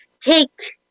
take